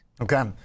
Okay